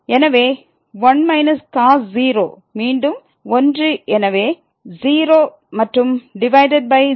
எனவே 1 cos 0 மீண்டும் 1 எனவே 0 மற்றும் டிவைடட் பை 0